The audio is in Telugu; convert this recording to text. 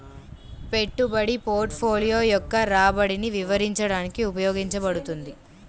పెట్టుబడి పోర్ట్ఫోలియో యొక్క రాబడిని వివరించడానికి ఉపయోగించబడుతుంది